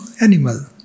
animal